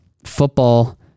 Football